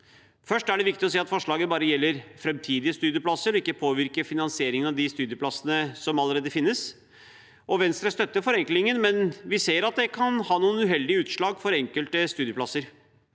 Først er det viktig å si at forslaget bare gjelder framtidige studieplasser og ikke påvirker finansieringen av de studieplassene som allerede finnes. Venstre støtter forenklingen, men vi ser at det kan ha noen uheldige utslag for enkelte studieplasser.